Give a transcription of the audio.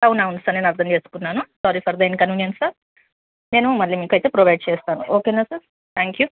అవును అవును సార్ నేను అర్థం చేసుకున్నాను sorry for the inconvenience sir నేను మళ్ళీ మీకు అయితే ప్రొవైడ్ చేస్తాను ఓకే సార్ థ్యాంక్ యూ